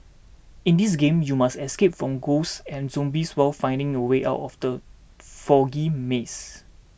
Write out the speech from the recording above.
in this game you must escape from ghosts and zombies while finding the way out of the foggy maze